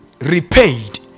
repaid